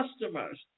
customers